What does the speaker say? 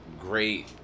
great